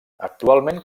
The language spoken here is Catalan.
actualment